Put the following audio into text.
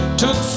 took